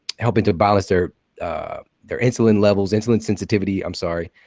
helping to balance their their insulin levels, insulin sensitivity, i'm sorry,